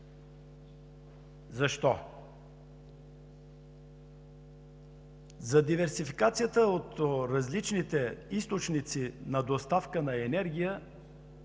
Защо? За диверсификацията от различните източници на доставка на енергия